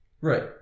right